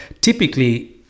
typically